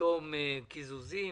פתאום קיזוזים,